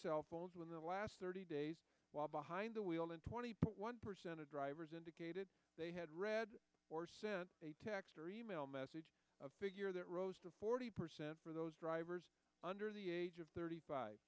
cell phones in the last thirty days while behind the wheel and twenty one percent of drivers indicated they had read or sent a text or e mail message a figure that rose to forty percent for those drivers under the age of thirty five